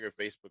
Facebook